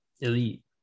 Elite